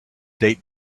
date